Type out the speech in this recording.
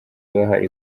bahari